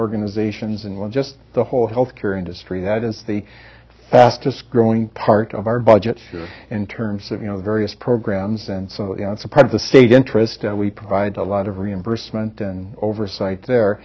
organizations and one just the whole health care industry that is the fastest growing part of our budget in terms of you know various programs and you know it's a part of the state interest and we provide a lot of reimbursement and oversight there